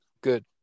Good